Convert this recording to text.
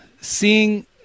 Seeing